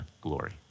glory